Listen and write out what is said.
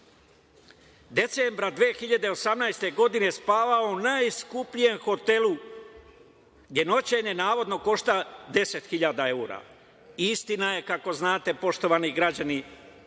decembra 2018. godine spavao u najskupljem hoteli, gde noćenje navodno košta 10 hiljada evra. Istina je, kako znate, poštovani građani